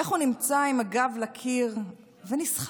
איך הוא נמצא עם הגב לקיר ונסחט.